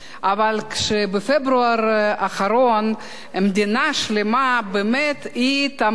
אבל בפברואר האחרון מדינה שלמה באמת תמכה